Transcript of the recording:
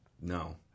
No